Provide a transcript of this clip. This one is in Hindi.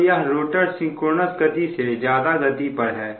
तो यह रोटर सिंक्रोनस गति से ज्यादा गति पर है